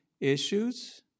issues